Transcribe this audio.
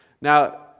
Now